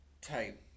type